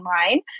online